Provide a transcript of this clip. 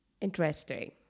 Interesting